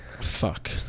Fuck